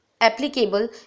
applicable